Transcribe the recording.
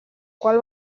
qual